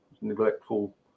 neglectful